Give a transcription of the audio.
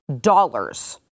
dollars